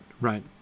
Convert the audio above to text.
right